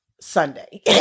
Sunday